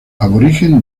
aborigen